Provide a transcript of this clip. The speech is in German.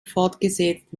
fortgesetzt